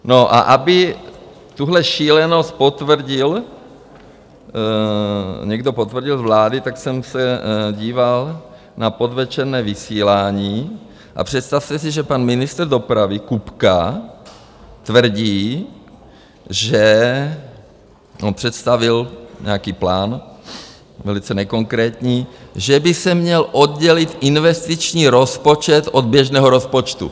No a aby tuto šílenost potvrdil, někdo potvrdil z vlády, tak jsem se díval na podvečerní vysílání, a představte si, že pan ministr dopravy Kupka tvrdí, že on představil nějaký plán velice nekonkrétní, že by se měl oddělit investiční rozpočet od běžného rozpočtu.